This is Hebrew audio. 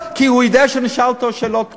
כי הוא יודע שאנחנו נשאל אותו שאלות קשות.